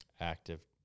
active